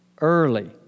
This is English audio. early